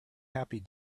happy